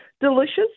delicious